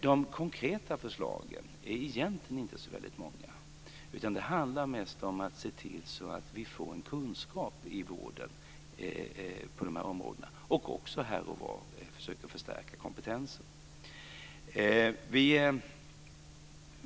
De konkreta förslagen är egentligen inte så många, utan det handlar mest om att se till att vi får en kunskap i vården på de här områdena och även här och var om att försöka förstärka kompetensen.